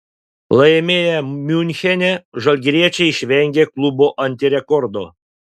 laimėję miunchene žalgiriečiai išvengė klubo antirekordo